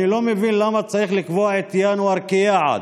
אני לא מבין למה צריך לקבוע את ינואר כיעד.